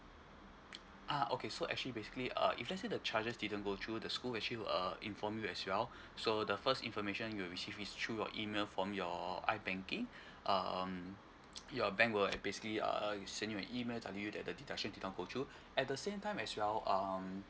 ah okay so actually basically uh if let's say the charges didn't go through the school will actually uh inform you as well so the first information you receive is through your email from your I_banking um your bank will basically uh send you an email telling you that the deduction didn't go through at the same time as well um